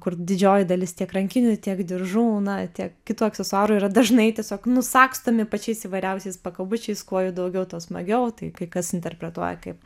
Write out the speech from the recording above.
kur didžioji dalis tiek rankinių tiek diržų na tiek kitų aksesuarų yra dažnai tiesiog nusagstomi pačiais įvairiausiais pakabučiais kuo jų daugiau tuo smagiau tai kai kas interpretuoja kaip